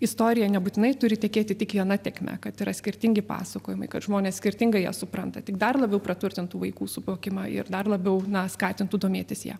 istorija nebūtinai turi tekėti tik viena tėkme kad yra skirtingi pasakojimai kad žmonės skirtingai jas supranta tik dar labiau praturtintų vaikų suvokimą ir dar labiau skatintų domėtis ja